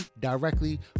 directly